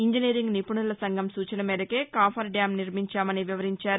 engineering నిపుణుల సంఘం సూచన మేరకే కాఫర్డ్యామ్ను నిర్మించామని వివరించారు